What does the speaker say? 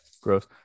Gross